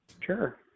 Sure